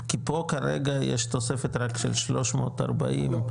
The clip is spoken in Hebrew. כי פה כרגע יש תוספת רק של 340. לא,